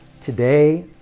today